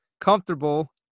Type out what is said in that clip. comfortable